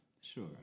Sure